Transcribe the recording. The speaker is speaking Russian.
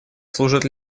служат